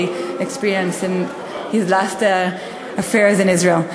experienced in his last affairs in Israel.